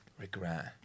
regret